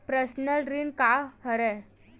Personal ऋण का हरय?